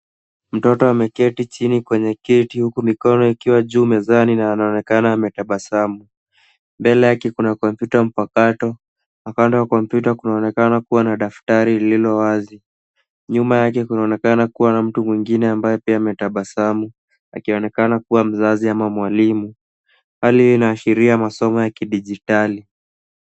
Mtoto ameketi chini kwenye kiti huku mikono ikiwa juu mezani na anaonekana ametabasamu. Mbele yake kuna komputa mpakato na kando ya komputa kunaonekana kuwa na daftari lililo wazi. Nyuma yake kunaonekana kuwa na mtu mwingine ambaye pia ametabasamu akionekana kuwa mzazi ama mwalimu. Hali hii inaashiria masomo ya kidijitali.